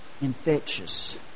infectious